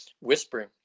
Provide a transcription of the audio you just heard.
whispering